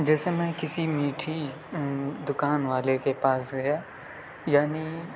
جیسے میں کسی میٹھی دکان والے کے پاس گیا یعنی